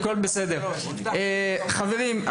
חברים,